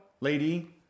Lady